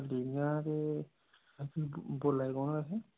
इक्क ट्राली ते बोल्ला दे कुन्न तुस